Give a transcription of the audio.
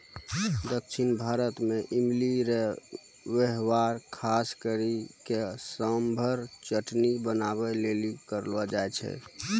दक्षिण भारत मे इमली रो वेहवार खास करी के सांभर चटनी बनाबै लेली करलो जाय छै